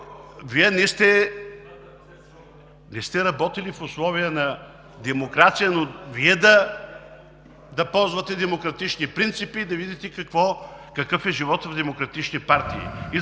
България“.) Работили сте в условия на демокрация, но да ползвате демократични принципи и да видите какъв е животът на демократични партии,